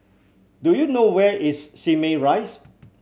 do you know where is Simei Rise